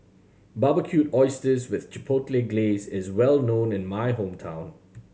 Barbecued Oysters with Chipotle Glaze is well known in my hometown